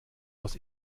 aus